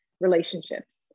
relationships